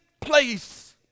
place